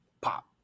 pop